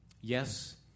Yes